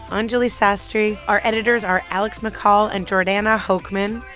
anjuli sastry. our editors are alex mccall and jordana hochman.